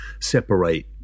separate